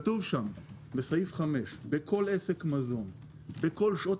כתוב בסעיף 5: בכל עסק מזון בכל שעות